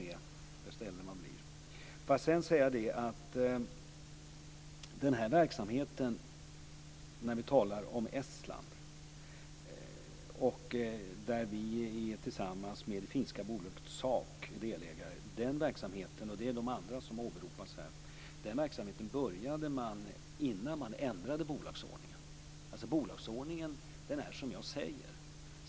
Men ju äldre man blir, desto mer får man vara med om. Verksamheten i Lettland - det är de andra som åberopas här - där vi tillsammans med det finska bolaget SAUK är delägare, började innan man ändrade bolagsordningen. Bolagsordningen ser ut som jag säger.